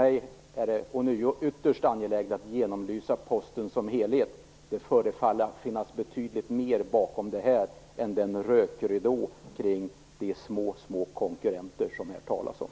Det är för mig ytterst angeläget att Posten som helhet genomlyses. Det förefaller som om det finns betydligt mer bakom denna rökridå än de små konkurrenter som det talas om.